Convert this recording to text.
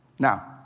Now